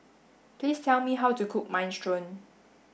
please tell me how to cook Minestrone